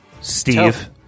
Steve